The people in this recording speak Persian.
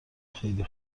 خیلی